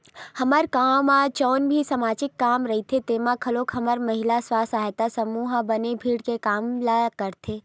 हमर गाँव म जउन भी समाजिक काम रहिथे तेमे घलोक हमर महिला स्व सहायता समूह ह बने भीड़ के काम ल करथे